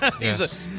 Yes